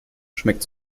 schmeckt